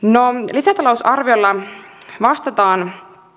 lisätalousarviolla vastataan